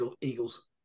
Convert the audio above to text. Eagles